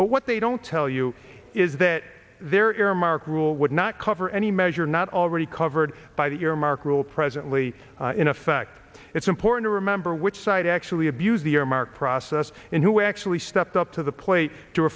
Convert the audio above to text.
but what they don't tell you is that there is a mark rule would not cover any measure not already covered by the earmark rule presently in effect it's important to remember which side actually abused the earmark process in who actually stepped up to the plate to